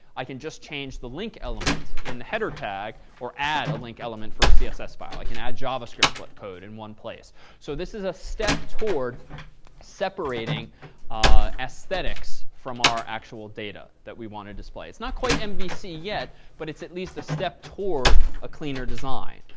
i can just change the link element in the header tag or add a link element for a css file. i can add javascript code in one place. so this is a step toward separating aesthetics from our actual data that we want to display. it's not quite and mvc yet but it's at least a step toward a cleaner design.